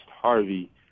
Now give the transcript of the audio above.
Harvey